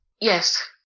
yes